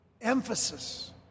emphasis